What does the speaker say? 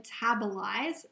metabolize